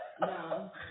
No